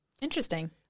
Interesting